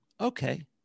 okay